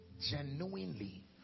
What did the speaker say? genuinely